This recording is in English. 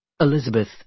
Elizabeth